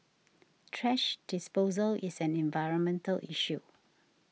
thrash disposal is an environmental issue